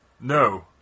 No